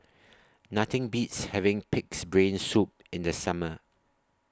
Nothing Beats having Pig'S Brain Soup in The Summer